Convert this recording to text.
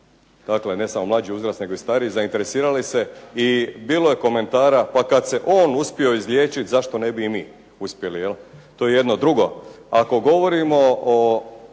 Dakle, ne samo mlađi uzrast nego i stariji zainteresirali se i bilo je komentara pa kad se on uspio izliječiti zašto ne bi i mi uspjeli. To je jedno. Drugo, ako govorimo o